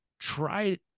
try